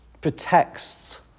protects